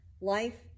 life